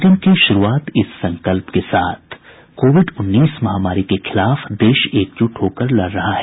bulletin की शुरूआत इस संकल्प के साथ कोविड उन्नीस महामारी के खिलाफ देश एकजुट होकर लड़ रहा है